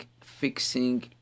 fixing